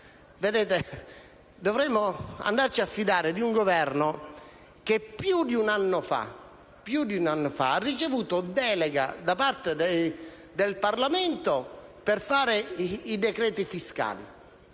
Presidente, dovremmo poi andarci a fidare di un Governo, che più di un anno fa ha ricevuto una delega da parte del Parlamento per emanare i decreti fiscali.